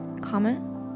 comment